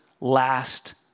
last